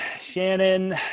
shannon